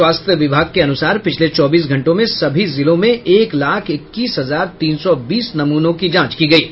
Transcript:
स्वास्थ्य विभाग के अनुसार पिछले चौबीस घंटों में सभी जिलों में एक लाख इक्कीस हजार तीन सौ बीस नमूनों की जांच हुई है